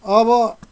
अब